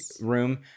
room